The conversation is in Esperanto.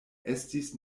estis